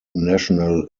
national